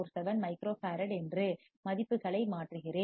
047 microfarad என்று மதிப்புகளை மாற்றுகிறேன்